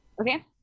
Okay